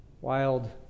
wild